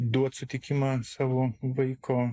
duot sutikimą savo vaiko